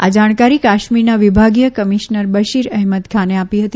આ જાણકારી કાશ્મીરના વિભાગીય કમિશ્નર બશીર અહેમદ ખાને આપી હતી